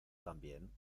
también